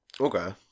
Okay